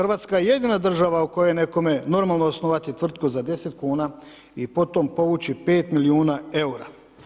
RH je jedina država u kojoj je nekome normalno osnovati tvrtku za 10 kuna i potom povući 5 milijuna eura.